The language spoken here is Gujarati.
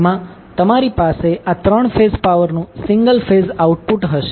ઘરમાં તમારી પાસે આ 3 ફેઝ પાવર નું સિંગલ ફેઝ આઉટપુટ હશે